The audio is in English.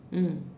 mm